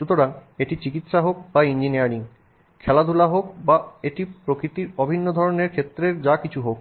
সুতরাং এটি চিকিত্সা হোক বা ইঞ্জিনিয়ারিং হোক বা খেলাধুলা হোক না কেন এটি প্রকৃতির বিভিন্ন ধরণের ক্ষেত্রের যা কিছু হোক